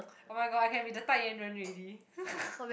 oh-my-god I can be the 代言人 already